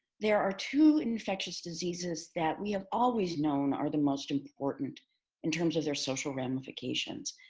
there are two infectious diseases that we have always known are the most important in terms of their social ramifications,